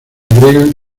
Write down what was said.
agregan